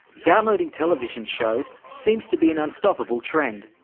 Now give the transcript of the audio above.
downloading television shows seems to be an unstoppable trend.